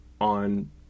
on